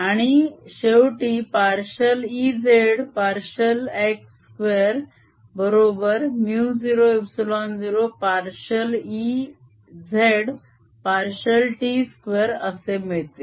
आणि शेवटी partial Ez partial x 2 बरोबर μ0ε0 पार्शिअल Ez पार्शिअल t2 असे मिळते